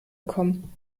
bekommen